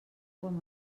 quan